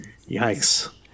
Yikes